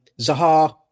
Zaha